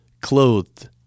clothed